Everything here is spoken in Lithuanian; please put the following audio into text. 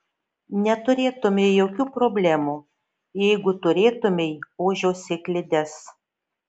neturėtumei jokių problemų jeigu turėtumei ožio sėklides